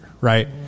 right